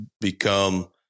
become